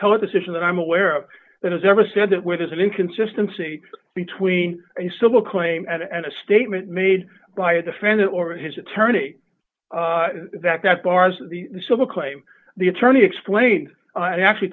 decision that i'm aware of that has ever said that where there's an inconsistency between a civil claim and a statement made by a defendant or his attorney that that bars the civil claim the attorney explained i actually